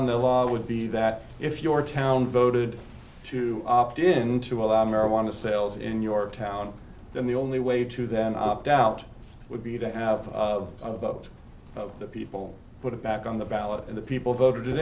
on the law would be that if your town voted to opt in to allow marijuana sales in your town then the only way to then opt out would be to have a vote of the people put it back on the ballot and the people voted